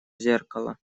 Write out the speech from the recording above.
зеркало